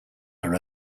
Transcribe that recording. are